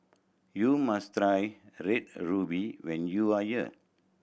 you must try Red Ruby when you are here